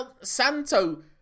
santo